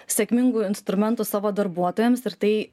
sėkmingų instrumentų savo darbuotojams ir tai